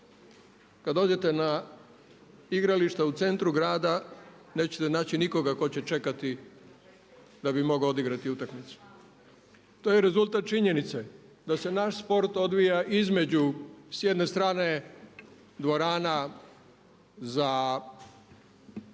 kad dođete na igrališta u centru grada nećete naći nikoga tko će čekati da bi mogao odigrati utakmicu. To je rezultat činjenice da se naš sport odvija između s jedne strane dvorana za